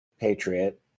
Patriot